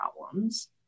problems